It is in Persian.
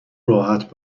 راحت